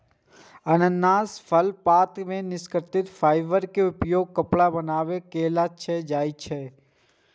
अनानास फलक पात सं निकलल फाइबर के उपयोग कपड़ा बनाबै लेल कैल जाइ छै